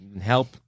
help